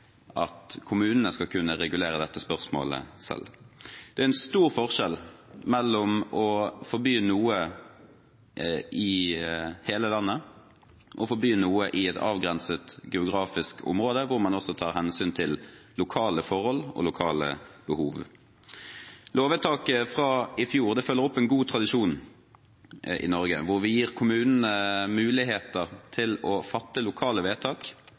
at kommunene skal kunne regulere dette spørsmålet selv. Det er en stor forskjell mellom å forby noe i hele landet, og å forby noe i et avgrenset geografisk område, hvor man også tar hensyn til lokale forhold og lokale behov. Lovvedtaket fra i fjor følger opp en god tradisjon i Norge hvor vi gir kommunene muligheter til å fatte lokale vedtak